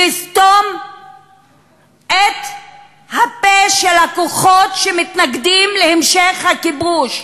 לסתום את הפה של הכוחות שמתנגדים להמשך הכיבוש,